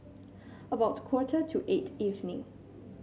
about quarter to eight evening